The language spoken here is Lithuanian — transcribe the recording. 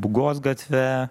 būgos gatve